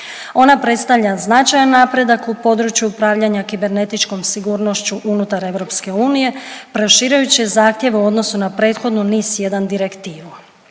Ona predstavlja značajan napredak u području upravljanja kibernetičkom sigurnošću unutar EU proširujući zahtjeve u odnosu na prethodnu NIS1 Direktivu.